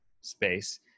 space